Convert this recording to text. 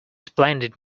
splendid